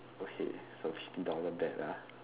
!wah! hey a fifty dollar bet ah